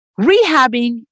rehabbing